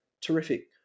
terrific